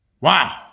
Wow